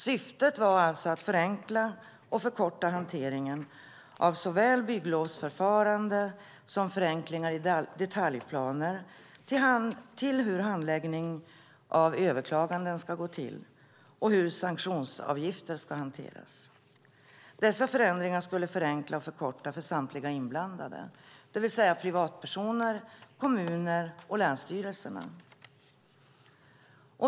Syftet var alltså att förenkla och förkorta hanteringen av såväl bygglovsförfarande som förenklingar i detaljplaner, hur handläggning av överklaganden ska gå till och hur sanktionsavgifter ska hanteras. Dessa förändringar skulle förenkla och förkorta för samtliga inblandade, det vill säga privatpersoner, kommuner och länsstyrelser.